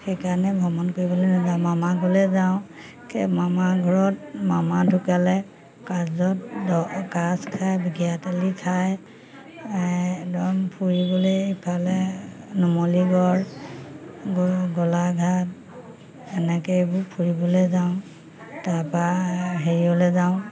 সেইকাৰণে ভ্ৰমণ কৰিবলৈ নাযাওঁ মামাৰ ঘৰলে যাওঁ মামাৰ ঘৰত মামা ঢুকালে কাজত কাজ খাই খাই একদম ফুৰিবলে ইফালে নুমলিগড় গোলাঘাট এনেকে এইবোৰ ফুৰিবলে যাওঁ তাৰ পৰা হেৰিয়লে যাওঁ